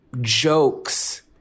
jokes